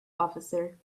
officer